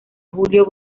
julio